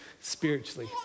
spiritually